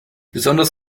besonders